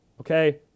okay